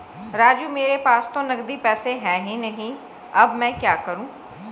राजू मेरे पास तो नगदी पैसे है ही नहीं अब मैं क्या करूं